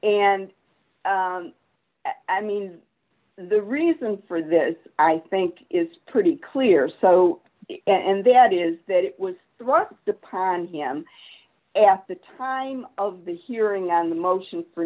and i mean the reason for this i think is pretty clear so and that is that it was worth the price on him at the time of the hearing on the motion for